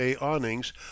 awnings